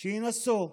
שינסו.